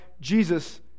Jesus